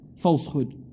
falsehood